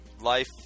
life